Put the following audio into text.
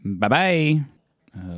Bye-bye